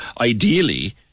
ideally